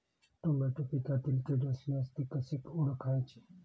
Tomato पिकातील कीड असल्यास ते कसे ओळखायचे?